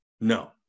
no